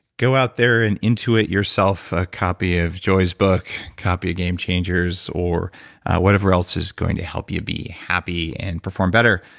go out there and intuit yourself a copy of joy's book, copy of game changers or whatever else is going to help you be happy and perform better.